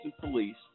police